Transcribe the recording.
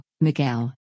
Miguel